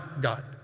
God